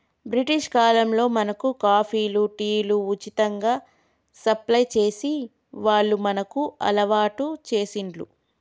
British కాలంలో మనకు కాఫీలు, టీలు ఉచితంగా సప్లై చేసి వాళ్లు మనకు అలవాటు చేశిండ్లు